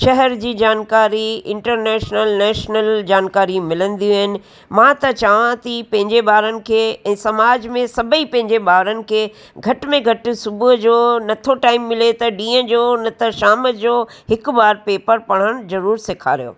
शहर जी जानकारी इंटरनैशनल नैशनल जानकारी मिलंदियूं आहिनि मां त चवां थी पंहिंजे ॿारनि खे ऐं समाज में सभई पंहिंजे ॿारनि खे घटि में घटि सुबुह जो नथो टाइम मिले त ॾींहं जो न त शाम जो हिकु बार पेपर पढ़णु ज़रूरु सेखारियो